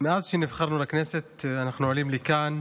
מאז שנבחרנו לכנסת אנחנו עולים לכאן,